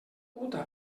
puta